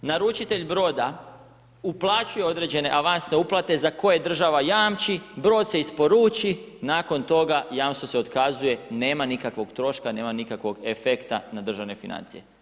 Naručitelj broda uplaćuje određene avansne uplate za koje država jamči, brod se isporuči, nakon toga jamstvo se otkazuje, nema nikakvog troška, nema nikakvog efekta na državne financije.